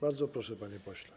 Bardzo proszę, panie pośle.